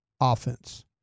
offense